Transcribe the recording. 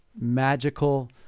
magical